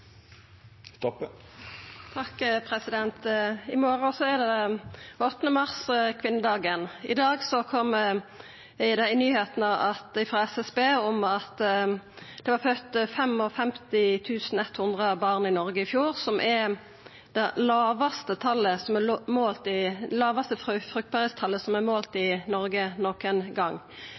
I morgon er det 8. mars og kvinnedagen. I dag høyrde vi i nyheitene at det ifølgje SSB var født 55 100 barn i Noreg i fjor, som er det lågaste fruktbarheitstalet som er målt i Noreg nokon gong. I desse dagar går det føre seg ei sterk sak ved Kvinneklinikken i